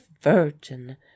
Virgin